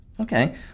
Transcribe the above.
Okay